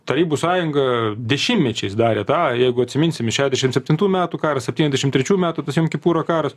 tarybų sąjunga dešimtmečiais darė tą jeigu atsiminsim šešiasdešimt septintų metų karą septyniasdešimt trečių metų pasiimkim pūrą karas